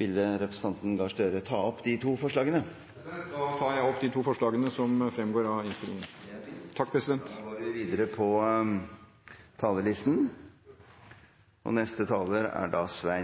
ville representanten Gahr Støre ta opp de to forslagene? Da tar jeg opp de to forslagene som fremgår av innstillingen. Utgangspunktet for investeringsstrategien og mandatet for SPU er